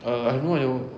err I have no idea wha~